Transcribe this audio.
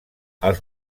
els